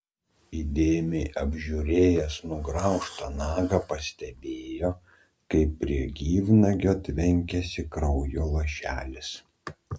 įdėmiai apžiūrėjęs nugraužtą nagą pastebėjo kaip prie gyvnagio tvenkiasi kraujo lašelis